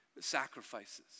sacrifices